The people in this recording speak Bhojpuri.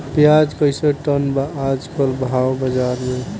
प्याज कइसे टन बा आज कल भाव बाज़ार मे?